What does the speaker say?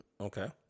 Okay